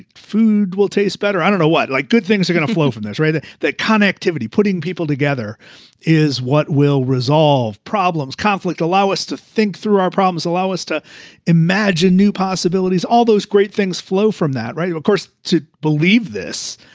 food will taste better. i don't know what, like, good things are gonna flow from this, right. ah that connectivity putting people together is what will resolve problems, conflict, allow us to think through our problems, allow us to imagine new possibilities. all those great things flow from that. right. of course, to believe this.